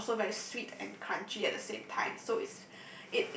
but also very sweet and crunchy at the same time so it's